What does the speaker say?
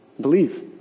believe